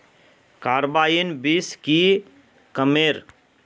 Carbine बीस की कमेर?